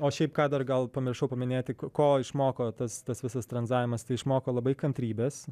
o šiaip ką dar gal pamiršau paminėti ko išmoko tas tas visas tranzavimas tai išmoko labai kantrybės